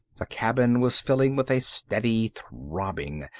the cabin was filling with a steady throbbing,